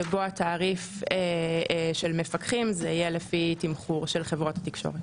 שבו תעריף המפקחים יהיה לפי תמחור של חברות התקשורת.